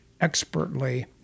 expertly